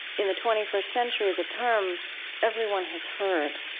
in the twenty first century, is a term everyone has heard,